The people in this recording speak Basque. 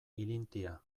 ilintia